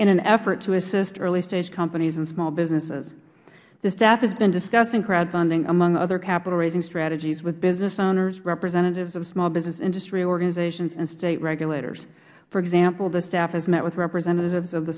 in an effort to assist early stage companies and small businesses the staff has been discussing crowdfunding among other capital raising strategies with business owners representatives of small business industry organizations and state regulators for example the staff has met with the representatives